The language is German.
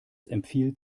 empfiehlt